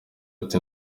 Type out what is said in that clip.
ati